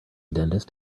dentist